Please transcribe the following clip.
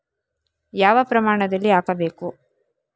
ಯಾವ ಪ್ರಮಾಣದಲ್ಲಿ ಹಾಕಬೇಕು?